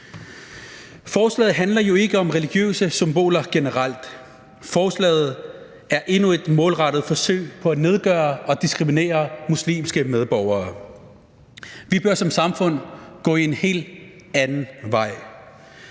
Forslaget handler jo ikke om religiøse symboler generelt, men forslaget er endnu et målrettet forsøg på at nedgøre og diskriminere muslimske medborgere. Vi bør som samfund gå en helt anden vej.